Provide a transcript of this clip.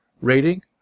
rating